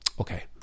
okay